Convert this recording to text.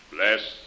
Bless